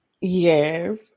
Yes